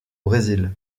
brésil